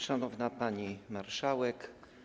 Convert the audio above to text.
Szanowna Pani Marszałek!